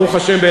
ברוך השם,